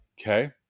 Okay